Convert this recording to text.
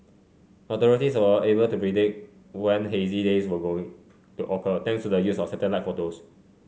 authorities were able to predict when hazy days were going to occur thanks to the use of satellite photos